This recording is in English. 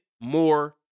more